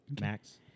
max